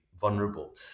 vulnerable